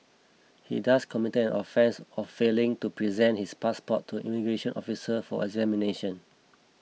he thus committed offence of failing to present his passport to immigration officer for examination